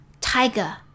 tiger